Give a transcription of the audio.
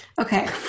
okay